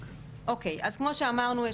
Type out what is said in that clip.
כמו שאמרנו,